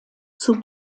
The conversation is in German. zur